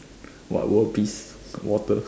what world peace water